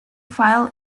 file